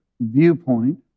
viewpoint